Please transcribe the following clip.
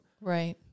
Right